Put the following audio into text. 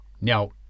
Now